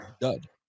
dud